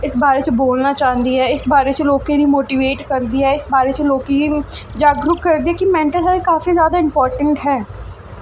इस बारे च बोलना चाह्दी ऐ इस बारे त लोकें गी जागरूक करदी ऐ कि मैंटल हैल्थ काफी जादा इंपार्टैंट ऐ